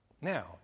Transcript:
Now